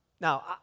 Now